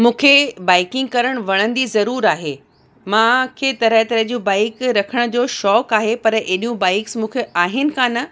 मूंखे बाइकिंग करणु वणंदी ज़रूरु आहे मूंखे तरह तरह जूं बाइक रखण जो शौक़ु आहे पर एॾियूं बाइक्स मूंखे आहिनि कान